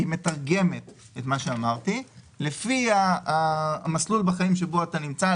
מתרגמים את מה שאמרתי לפי המסלול בחיים שבו אתה נמצא,